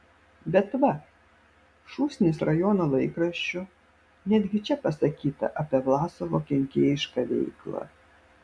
bet va šūsnis rajono laikraščių netgi čia pasakyta apie vlasovo kenkėjišką veiklą